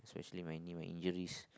especially my knee my injuries